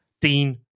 Dean